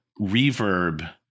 reverb